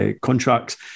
contracts